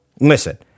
listen